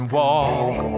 walk